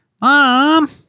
Mom